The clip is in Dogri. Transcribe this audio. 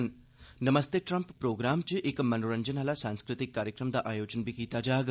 ''नमस्ते ट्रंप'' प्रोग्राम च इक मनोरंजन आला सांस्कृतिक कार्यक्रम दा आयोजन बी कीता जाग